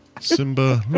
Simba